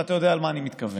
ואתה יודע למה אני מתכוון.